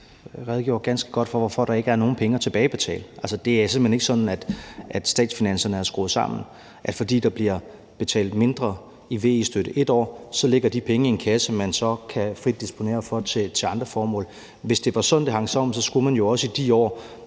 jeg, at jeg redegjorde ganske godt for, hvorfor der ikke er nogen penge at tilbagebetale. Det er simpelt hen ikke sådan, statsfinanserne er skruet sammen, altså, at fordi der bliver betalt mindre i VE-støtte et år, ligger de penge i en kasse, man så frit kan disponere over, til andre formål. Hvis det var sådan, det hang sammen, skulle man jo så også i de år,